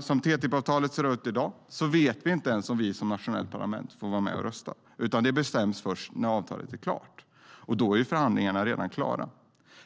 Som TTIP-avtalet ser ut i dag vet vi inte ens om vi som nationellt parlament får vara med och rösta. Det bestäms först när avtalet är klart, och då är förhandlingarna redan klara.